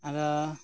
ᱟᱫᱚ